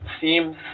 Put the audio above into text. seems